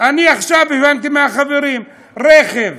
אני עכשיו הבנתי מהחברים, רכב,